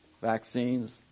vaccines